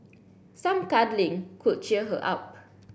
some cuddling could cheer her up